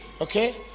okay